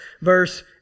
verse